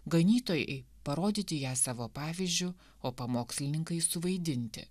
ganytojai parodyti ją savo pavyzdžiu o pamokslininkai suvaidinti